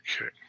Okay